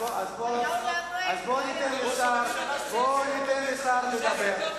לא היה מי שיפריע, בואו ניתן לשר לדבר.